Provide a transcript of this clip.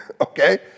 okay